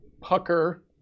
Pucker